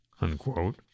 unquote